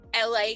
la